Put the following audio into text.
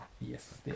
yes